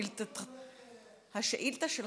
השאילתה שלך.